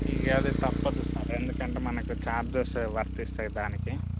ఇక అది తప్పదు సార్ ఎందుకంటే మనకు చార్జెస్ వర్తిస్తాయి దానికి